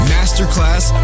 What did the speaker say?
Masterclass